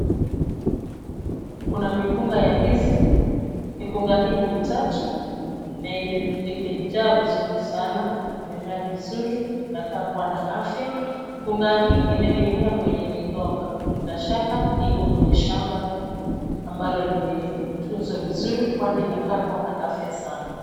Kuna mikunga ya ndizi. Mikunga hii ni mitatu. Na imejaa vizuri sana, imemea vizuri, inakaa kuwa na afya. Mikunga hii imening'inia kwenye migomba, bila shaka iko kwenye shamba ambalo limetunzwa vizuri, kwani inakaa kuwa na afya sana.